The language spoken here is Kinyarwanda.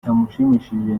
cyamushimishije